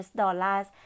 dollars